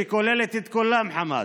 שכוללת את כולם, חמד.